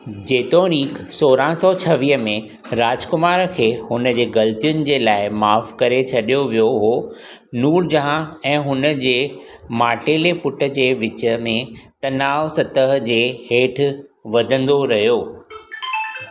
जेतोणीकि सोरहं सौ छवीह में राजकुमार खे हुनजे ग़लतियुनि जे लाइ माफ़ु करे छडि॒यो वियो हुओ नूरजहां ऐं हुनजे माटेले पुटु जे विच में तनाव सतह जे हेठि वधंदो रहियो